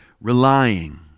relying